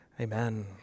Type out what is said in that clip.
Amen